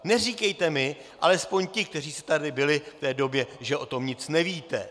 Neříkejte mi, alespoň ti, kteří jste tady byli v té době, že o tom nic nevíte.